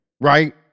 right